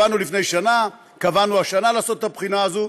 לפני שנה קבענו השנה לעשות את הבחינה הזאת.